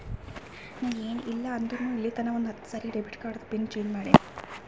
ನಾ ಏನ್ ಇಲ್ಲ ಅಂದುರ್ನು ಇಲ್ಲಿತನಾ ಒಂದ್ ಹತ್ತ ಸರಿ ಡೆಬಿಟ್ ಕಾರ್ಡ್ದು ಪಿನ್ ಚೇಂಜ್ ಮಾಡಿನಿ